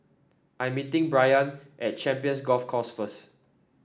I am meeting Brayan at Champions Golf Course first